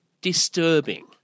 disturbing